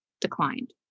declined